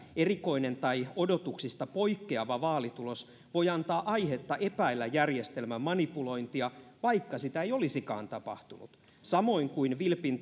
erikoinen tai odotuksista poikkeava vaalitulos voi antaa aihetta epäillä järjestelmän manipulointia vaikka sitä ei olisikaan tapahtunut samoin kuin vilpin